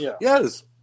Yes